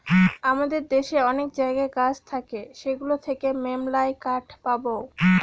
আমাদের দেশে অনেক জায়গায় গাছ থাকে সেগুলো থেকে মেললাই কাঠ পাবো